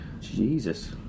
Jesus